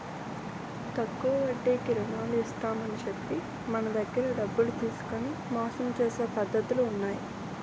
తక్కువ వడ్డీకి రుణాలు ఇస్తామని చెప్పి మన దగ్గర డబ్బులు తీసుకొని మోసం చేసే పద్ధతులు ఉన్నాయి